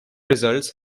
results